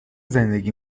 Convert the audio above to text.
زندگی